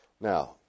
Now